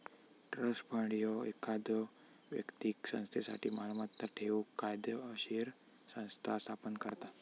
trust fund ह्यो एखाद्यो व्यक्तीक संस्थेसाठी मालमत्ता ठेवूक कायदोशीर संस्था स्थापन करता